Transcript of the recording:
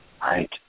Right